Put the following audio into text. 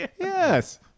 Yes